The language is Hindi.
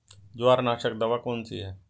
जवार नाशक दवा कौन सी है?